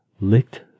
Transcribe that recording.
licked